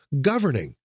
governing